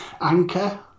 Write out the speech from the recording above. Anchor